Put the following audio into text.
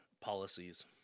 policies